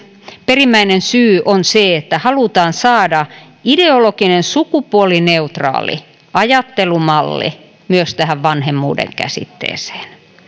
perimmäinen syy on se että halutaan saada ideologinen sukupuolineutraali ajattelumalli myös tähän vanhemmuuden käsitteeseen